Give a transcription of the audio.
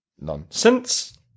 Nonsense